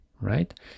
right